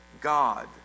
God